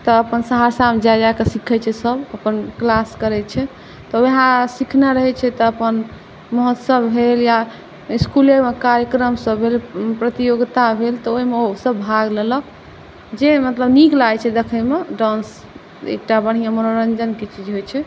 तऽ अपन अपन सहरसामे जा जाकऽ सिखै छै सब अपन किलास करै छै तऽ वएह सिखने रहै छै तऽ अपन महोत्सव भेल या इसकुलेमे कार्यक्रमसब भेल प्रतियोगिता भेल तऽ ओहिमे ओसब भाग लेलक जे मतलब नीक लागै छै देखैमे डान्स एकटा बढ़िआँ मनोरञ्जनके चीज होइ छै